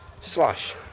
slash